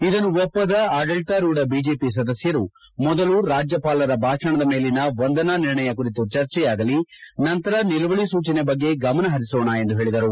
ಇದನ್ನು ಒಪ್ಪದ ಆಡಳಿತಾರೂಢ ಬಿಜೆಪಿ ಸದಸ್ಕರು ಮೊದಲು ರಾಜ್ಯಪಾಲರ ಭಾಷಣದ ಮೇಲಿನ ವಂದನಾ ನಿರ್ಣಯ ಕುರಿತು ಚರ್ಚೆಯಾಗಲಿ ನಂತರ ನಿಲುವಳಿ ಸೂಚನೆ ಬಗ್ಗೆ ಗಮನ ಹರಿಸೋಣ ಎಂದು ಹೇಳಿದರು